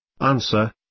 Answer